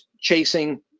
chasing